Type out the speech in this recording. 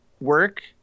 work